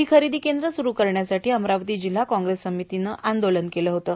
ही खरेदी केंद्र सुरू करण्यासाठी अमरावती जिल्हा काँग्रेस समितीनं आंदोलन केलं होतं